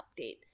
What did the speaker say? update